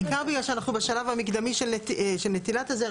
בעיקר בגלל שאנחנו בשלב המקדמי של נטילת הזרע,